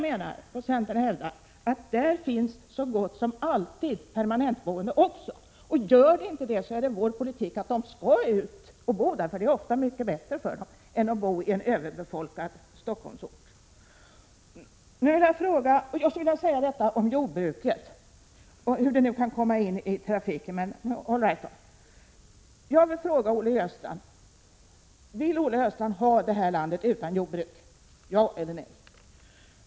Men centern hävdar att där finns så gott som alltid också permanent boende. Och gör det inte det, är det vår politik att människor skall ut och bo där, för det är ofta mycket bättre för dem än att bo i det överbefolkade Stockholmsområdet. Jag vet inte hur jordbruket kan komma in i trafiken, men all right. Vill Olle Östrand se det här landet utan jordbruk? Ja eller nej?